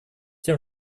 тем